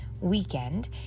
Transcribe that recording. weekend